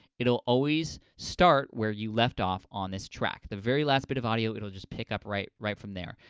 it'll always start where you left off on this track. the very last bit of audio, it'll just pick up right right from there.